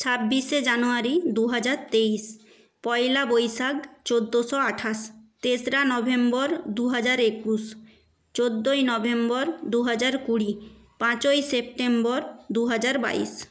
ছাব্বিশে জানুয়ারি দুহাজার তেইশ পয়লা বৈশাখ চোদ্দশো আঠাশ তেসরা নভেম্বর দুহাজার একুশ চোদ্দই নভেম্বর দুহাজার কুড়ি পাঁচই সেপ্টেম্বর দুহাজার বাইশ